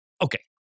okay